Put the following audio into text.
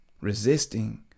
resisting